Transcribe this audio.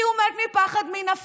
כי הוא מת מפחד מנפתלי.